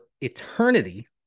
eternity